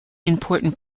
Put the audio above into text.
important